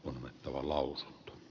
olemme tavalla ls b